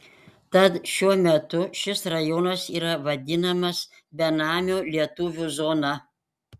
tad šiuo metu šis rajonas yra vadinamas benamių lietuvių zona